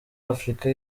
afrika